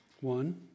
One